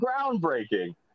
groundbreaking